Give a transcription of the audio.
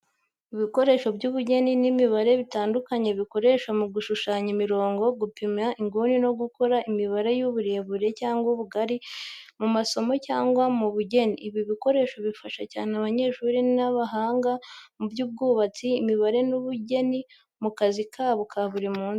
Ibikoresho by’ubugeni n’imibare bitandukanye bikoreshwa mu gushushanya imirongo, gupima inguni no gukora imibare y’uburebure cyangwa ubugari mu masomo cyangwa mu bugeni. Ibi bikoresho bifasha cyane abanyeshuri n’abahanga mu by’ubwubatsi, imibare n’ubugeni mu kazi kabo ka buri munsi.